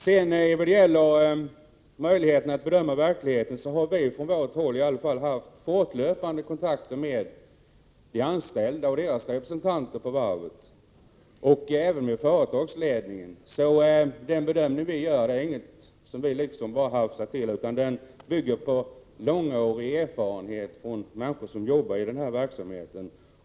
Beträffande möjligheterna att bedöma verkligheten har vi från vårt håll i alla fall fortlöpande haft kontakter med de anställda och deras representanter på varvet — och även med företagsledningen. Den bedömning vi gör är alltså inte någonting som vi bara har hafsat till, utan den bygger på mångårig erfarenhet hos människor som jobbar i den här verksamheten.